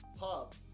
pub